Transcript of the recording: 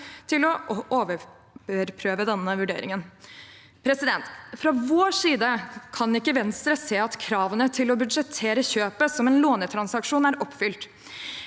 til å overprøve denne vurderingen. Fra vår side kan ikke Venstre se at kravene til å budsjettere kjøpet som en lånetransaksjon er oppfylt.